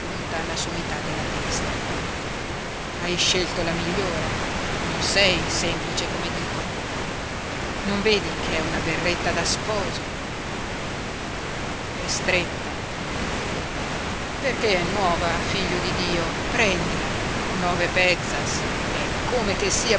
alla sommità della testa hai scelto la migliore non sei semplice come dicono non vedi che è una berretta da sposo è stretta perché è nuova figlio di dio prendila nove pezzas è come che sia